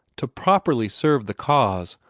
to properly serve the cause,